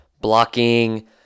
blocking